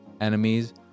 enemies